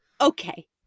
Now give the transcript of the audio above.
okay